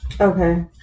Okay